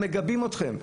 מגבים אתכם.